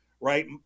Right